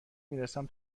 میرسم